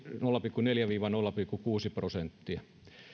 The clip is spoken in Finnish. nolla pilkku neljä viiva nolla pilkku kuusi prosenttia